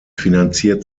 finanziert